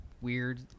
weird